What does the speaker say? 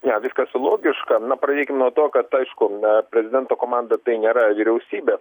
ne viskas logiška na pradėkim nuo to kad aišku na prezidento komanda tai nėra vyriausybė